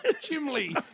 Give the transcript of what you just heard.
Chimney